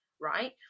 Right